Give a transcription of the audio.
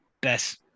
best